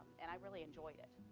and i really enjoy it.